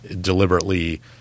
deliberately